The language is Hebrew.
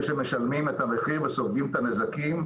שמשלמים את המחיר וסופגים את הנזקים,